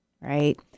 Right